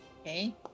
Okay